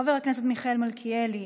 חבר הכנסת מיכאל מלכיאלי,